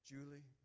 Julie